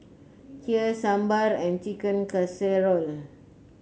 Kheer Sambar and Chicken Casserole